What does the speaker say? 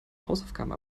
hausaufgaben